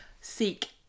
seek